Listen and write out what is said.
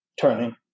turning